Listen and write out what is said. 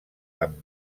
amb